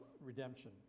redemption